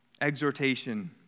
exhortation